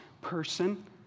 person